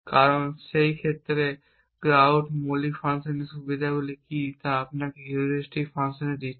কারণ সেই ক্ষেত্রেই এবং গ্রাউট মৌলিক ফাংশনের সুবিধাগুলি কী তা আপনাকে হিউরিস্টিক ফাংশনে দিচ্ছে